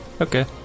Okay